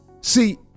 See